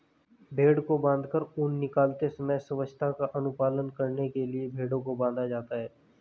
भेंड़ को बाँधकर ऊन निकालते समय स्वच्छता का अनुपालन करने के लिए भेंड़ों को बाँधा जाता है